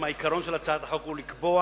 העיקרון של הצעת החוק הוא לקבוע